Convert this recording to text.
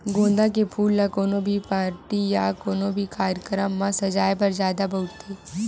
गोंदा के फूल ल कोनो भी पारटी या कोनो भी कार्यकरम म सजाय बर जादा बउरथे